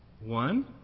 One